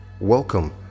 Welcome